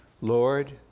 Lord